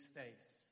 faith